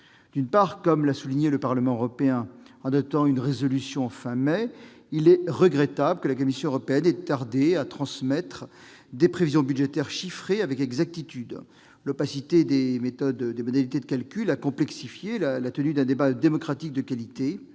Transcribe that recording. D'une part, comme l'a souligné le Parlement européen en adoptant une résolution à la fin du mois de mai, il est regrettable que la Commission européenne ait tardé à transmettre des prévisions budgétaires chiffrées avec exactitude. L'opacité des modalités de calcul a complexifié la tenue d'un débat démocratique de qualité.